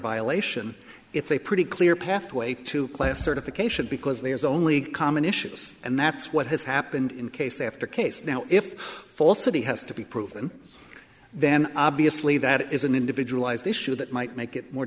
violation it's a pretty clear pathway to class certification because there's only common issues and that's what has happened in case after case now if falsity has to be proven then obviously that is an individualized issue that might make it more